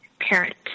parent